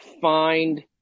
find